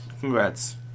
Congrats